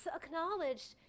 acknowledged